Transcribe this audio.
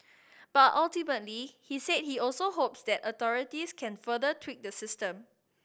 but ultimately he said he also hopes that authorities can further tweak the system